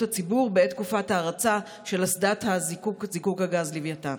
הציבור ולשמור עליו בעת תקופת ההרצה של אסדת זיקוק הגז לווייתן?